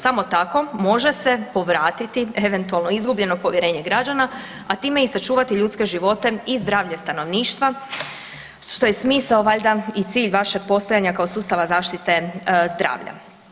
Samo tako može se povratiti eventualno izgubljeno povjerenje građana a time i sačuvati ljudske živote i zdravlje stanovništva, što je smisao valjda i cilj vašeg postojanja kao sustava zaštite zdravlja.